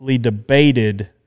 debated